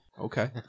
Okay